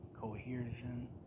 cohesion